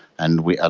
and we, ah